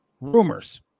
Rumors